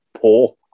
poor